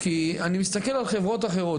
אני מסתכל על חברות אחרות,